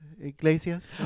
Iglesias